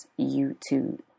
YouTube